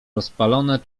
rozpalone